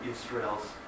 Israel's